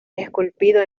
esculpido